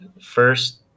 first